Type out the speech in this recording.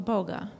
Boga